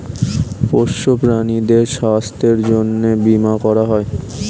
পোষ্য প্রাণীদের স্বাস্থ্যের জন্যে বীমা করা হয়